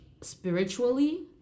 spiritually